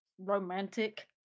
romantic